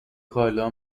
کالا